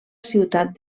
ciutat